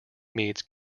meets